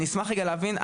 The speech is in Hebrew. אני אשמח להבין,